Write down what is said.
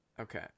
Okay